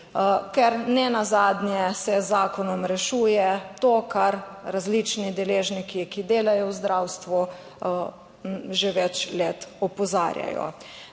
ker nenazadnje se z zakonom rešuje to, kar različni deležniki, ki delajo v zdravstvu že več let opozarjajo.